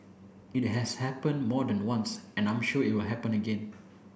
it has happened more than once and I'm sure it will happen again